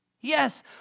Yes